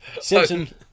Simpson